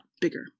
bigger